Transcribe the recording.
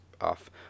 off